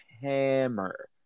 hammer